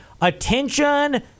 attention